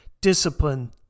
Discipline